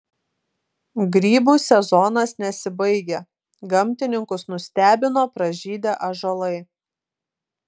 grybų sezonas nesibaigia gamtininkus nustebino pražydę ąžuolai